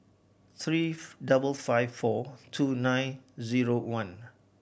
three double five four two nine zero one